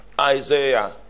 Isaiah